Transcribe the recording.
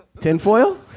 Tinfoil